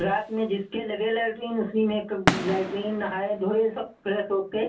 रात में लगे लैट्रिन उसी में लैट्रिन नहाए धोए सब फ्रेश हो के